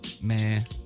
Man